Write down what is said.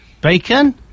Bacon